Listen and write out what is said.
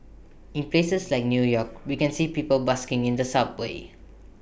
in places like new york we can see people busking in the subways